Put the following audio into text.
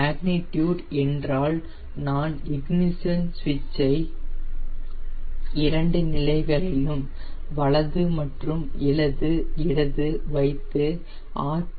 magnitude என்றால் நான் ignition சுவிட்ச் ஐ இரண்டு நிலைகளிலும் வலது மற்றும் இடது வைத்து ஆர்